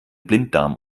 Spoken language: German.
blinddarm